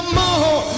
more